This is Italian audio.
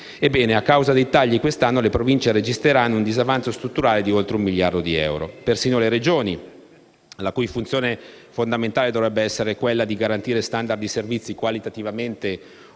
Ebbene, a causa dei tagli, quest'anno le Province registreranno un disavanzo strutturale di oltre un miliardo di euro. Persino le Regioni, la cui funzione fondamentale dovrebbe essere quella di garantire *standard* di servizi qualitativamente omogenei,